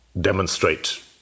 demonstrate